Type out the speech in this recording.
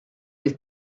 with